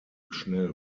schnell